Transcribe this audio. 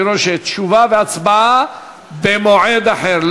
אני רואה שתשובה והצבעה במועד אחר.